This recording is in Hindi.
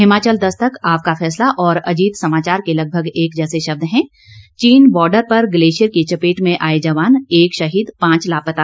हिमाचल दस्तक आपका फैसला और अजीत समाचार के लगभग एक जैसे शब्द हैं चीन बॉर्डर पर ग्लेशियर की चपेट में आए जवान एक शहीद पांच लापता